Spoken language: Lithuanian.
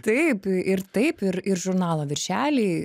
taip ir taip ir ir žurnalo viršeliai